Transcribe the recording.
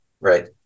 Right